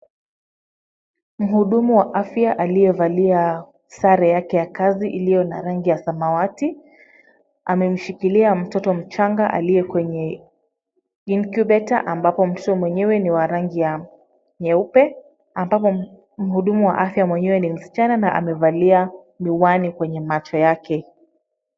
Mhudumu wa afya aliyevalia sare yake ya kazi iliyo na rangi ya samawati ,amemshikilia mtoto mchanga aliye kwenye incubator , ambapo mtoto mwenyewe ni wa rangi ya nyeupe ,ambapo mhudumu wa afya mwenyewe ni msichana na amevalia miwani kwenye macho yake.